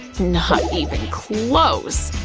not even close!